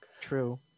True